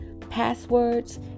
passwords